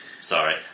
sorry